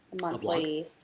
Monthly